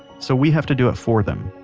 so we have to do it for them.